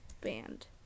band